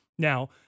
Now